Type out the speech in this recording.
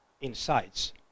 insights